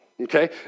okay